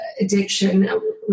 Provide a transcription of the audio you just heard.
addiction